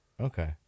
okay